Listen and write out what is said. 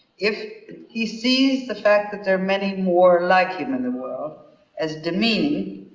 if he sees the fact that there are many more like him in the world as demeaning,